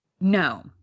No